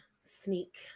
Sneak